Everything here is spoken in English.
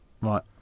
Right